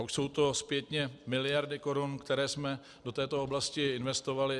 Už jsou to zpětně miliardy korun, které jsme do této oblasti investovali.